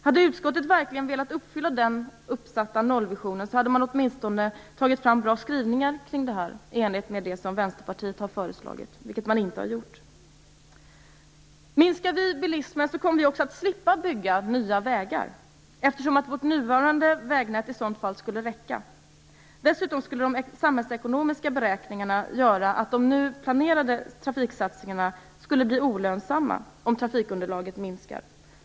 Om utskottet verkligen hade velat uppnå den uppsatta nollvisionen, hade man åtminstone tagit fram bra skrivningar kring detta, i enlighet med vad Vänsterpartiet föreslagit. Det har man inte gjort. Om vi minskar bilismen kommer vi också att slippa bygga nya vägar, eftersom att vårt nuvarande vägnät i sådana fall skulle räcka. Dessutom skulle de samhällsekonomiska besparingarna göra att de nu planerade trafiksatsningarna skulle bli olönsamma om trafikunderlaget minskade.